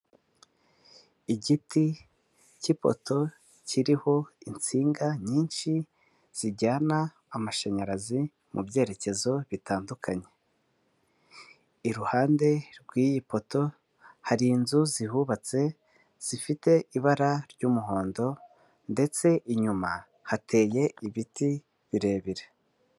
Igiti cy'ipoto kiriho insinga nyinshi zijyana amashanyarazi mu byerekezo bitandukanye; iruhande rw'iyi poto hari inzu zihubatse zifite ibara ry'umuhondo ndetse inyuma hateye ibiti birebire.